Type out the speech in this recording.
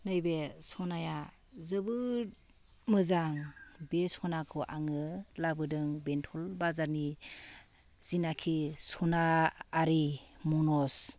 नैबे सनाया जोबोद मोजां बे सनाखौ आङो लाबोदों बेंथल बाजारनि सिनाखि सनायारि मनज